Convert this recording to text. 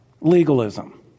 Legalism